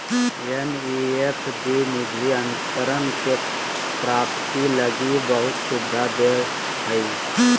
NEFT निधि अंतरण के प्राप्ति लगी बहुत सुविधा दे हइ